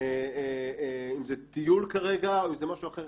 אם זה טיול כרגע או אם זה משהו אחר.